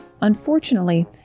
Unfortunately